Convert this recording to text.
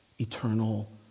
eternal